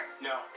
No